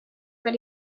but